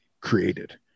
created